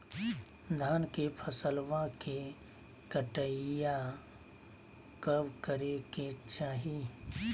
धान के फसलवा के कटाईया कब करे के चाही?